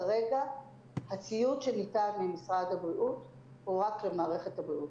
כרגע הציוד שניתן ממשרד הבריאות הוא רק למערכת הבריאות.